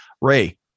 Ray